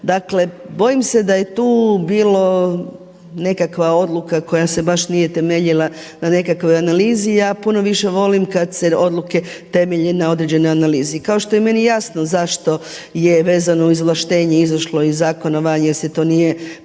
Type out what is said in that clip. Dakle, bojim se da je tu bilo nekakva odluka koja se baš nije temeljila na nekakvoj analizi. Ja puno više volim kad se odluke temelje na određenoj analizi. Kao što je meni jasno zašto je vezano uz izvlaštenje izašlo iz Zakona o valjanosti to nije provodilo,